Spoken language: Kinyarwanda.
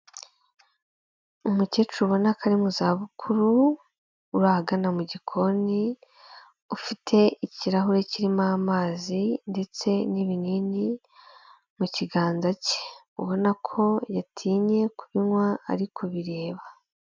Umukecuru ubona ka ari mu zabukuru uri ahagana mu gikoni, ufite ikirahure kirimo amazi ndetse n'ibinini mu kiganza cye, ubona ko yatinye kubinywa ari kubireba.